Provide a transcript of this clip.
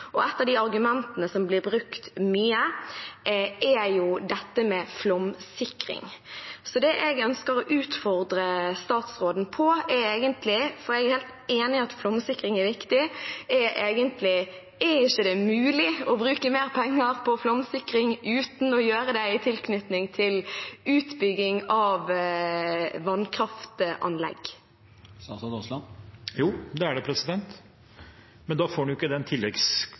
av de argumentene som blir brukt mye, er dette med flomsikring. Det jeg ønsker å utfordre statsråden på – for jeg er helt enig i at flomsikring er viktig – er egentlig: Er det ikke mulig å bruke mer penger på flomsikring uten å gjøre det i tilknytning til utbygging av vannkraftanlegg? Jo, det er det, men da får en ikke den